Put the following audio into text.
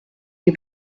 les